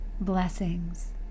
Blessings